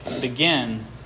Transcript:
begin